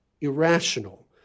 irrational